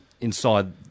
inside